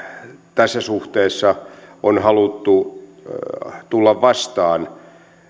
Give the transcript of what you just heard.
tässä suhteessa on haluttu tulla vastaan